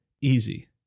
easy